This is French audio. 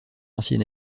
ancien